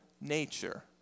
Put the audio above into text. nature